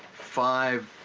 five